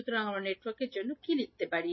সুতরাং আমরা network a জন্য কি লিখতে পারি